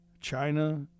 China